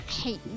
hate